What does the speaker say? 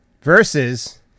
Versus